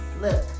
Look